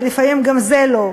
ולפעמים גם זה לא,